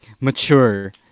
mature